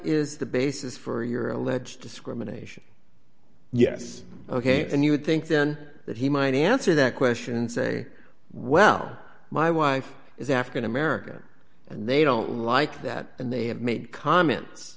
is the basis for your alleged discrimination yes ok and you would think then that he might answer that question and say well my wife is african american and they don't like that and they have made comments